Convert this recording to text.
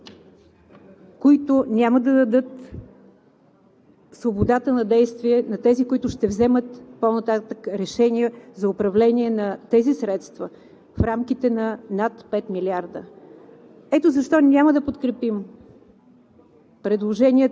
Ние смятаме, че това са изключително неразумни стъпки, които няма да дадат свободата на действие на тези, които ще вземат по-нататък решения за управление на тези средства в рамките на над 5 милиарда.